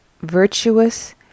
virtuous